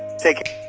taken